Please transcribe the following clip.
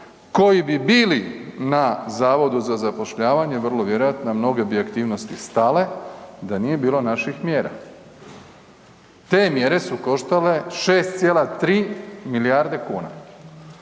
koji bi bili na Zavodu za zapošljavanje vrlo vjerojatno, mnoge bi aktivnosti stale da nije bilo naših mjera. Te mjere su koštale 6,3 milijarde kuna.